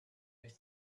with